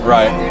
Right